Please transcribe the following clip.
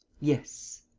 yes.